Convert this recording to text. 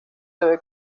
debe